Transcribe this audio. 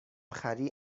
خری